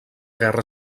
guerra